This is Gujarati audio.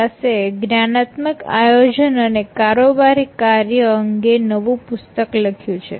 દાસે જ્ઞાનાત્મક આયોજન અને કારોબારી કાર્ય અંગે નવું પુસ્તક લખ્યું છે